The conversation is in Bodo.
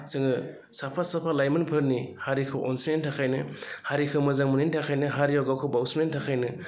जोङो साफा साफा लाइमोनफोरनि हारिखौ अनसायनायनि थाखायनो हारिखौ मोजां मोननायनि थाखायनो हारियाव गावखौ बाउसोमनायनि थाखायनो